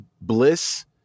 bliss